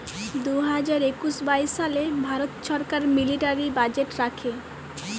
দু হাজার একুশ বাইশ সালে ভারত ছরকার মিলিটারি বাজেট রাখে